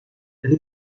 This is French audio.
les